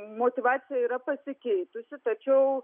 motyvacija yra pasikeitusi tačiau